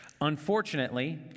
Unfortunately